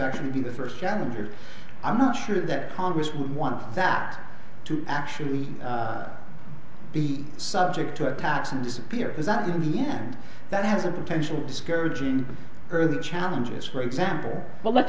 actually be the first challengers i'm not sure that congress would want that to actually be subject to attacks and disappear is that in the end that has a potential discouraging or the challenges for example but let's